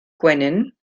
gwenyn